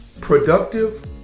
productive